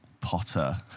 Potter